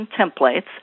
templates